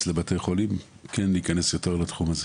לבתי חולים כן להיכנס יותר לתחום הזה?